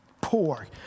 Poor